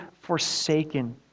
forsaken